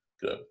Good